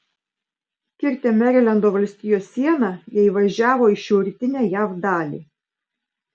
kirtę merilendo valstijos sieną jie įvažiavo į šiaurrytinę jav dalį